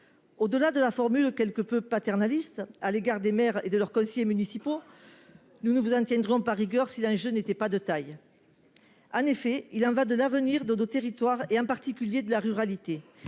Au-delà de la formule, quelque peu paternaliste à l'endroit des maires et de leurs conseillers municipaux, nous ne vous tiendrions pas rigueur de ce « manque » si l'enjeu n'était pas de taille. En effet, il y va de l'avenir de nos territoires et en particulier de la ruralité,